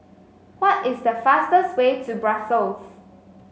why is the fastest way to Brussels